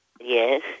Yes